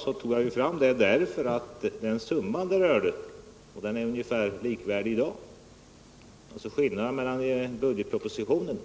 Skillnaden mellan den summa som upptogs i budgetpropositionen